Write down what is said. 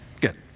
Good